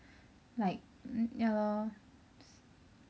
like ya lor